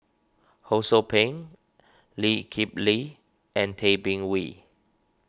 Ho Sou Ping Lee Kip Lin and Tay Bin Wee